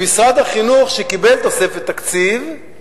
משרד החינוך, שקיבל תוספת תקציב,